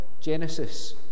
Genesis